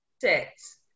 six